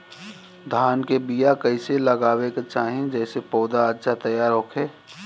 धान के बीया कइसे लगावे के चाही जेसे पौधा अच्छा तैयार होखे?